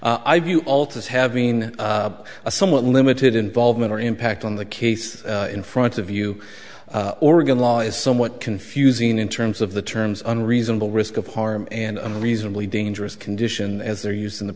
i view alters having a somewhat limited involvement or impact on the case in front of you oregon law is somewhat confusing in terms of the terms on reasonable risk of harm and reasonably dangerous condition as they're used in the